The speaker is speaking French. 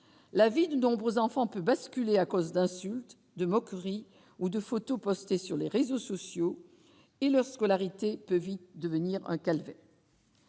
la vie de nombreux enfants peut basculer à cause d'insultes et de moqueries ou de photos postées sur les réseaux sociaux et leur scolarité peuvent devenir un calvaire.